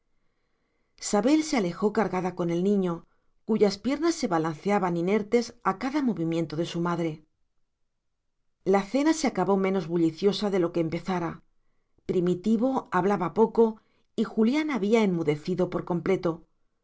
sabel se alejó cargada con el niño cuyas piernas se balanceaban inertes a cada movimiento de su madre la cena se acabó menos bulliciosa de lo que empezara primitivo hablaba poco y julián había enmudecido por completo